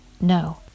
no